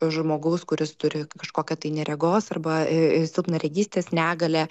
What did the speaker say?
žmogaus kuris turi kažkokią tai neregos arba ir silpnaregystės negalią